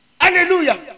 Hallelujah